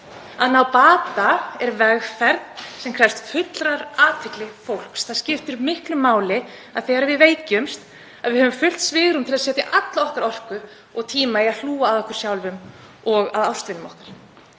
Að ná bata er vegferð sem krefst fullrar athygli fólks. Það skiptir miklu máli þegar við veikjumst að við höfum fullt svigrúm til að setja alla okkar orku og tíma í að hlúa að okkur sjálfum og að ástvinum okkar.